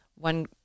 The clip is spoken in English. one